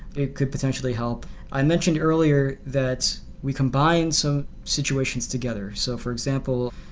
it could potentially help i mentioned earlier that we combined some situations together. so for example,